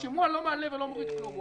השימוע לא מעלה ולא מוריד כלום.